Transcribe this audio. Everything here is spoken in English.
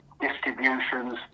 distributions